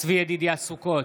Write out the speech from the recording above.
צבי ידידיה סוכות,